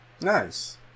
Nice